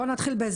אז,